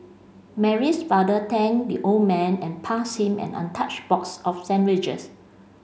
Mary's father thanked the old man and passed him an untouched box of sandwiches